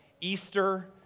Easter